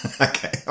okay